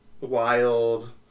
wild